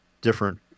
different